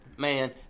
man